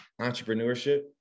entrepreneurship